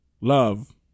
love